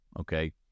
okay